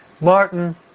Martin